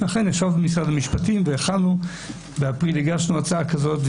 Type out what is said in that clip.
אכן, ישבנו עם שר המשפטים והגשנו הצעה כזאת.